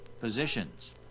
positions